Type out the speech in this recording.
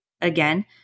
Again